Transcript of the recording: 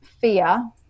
fear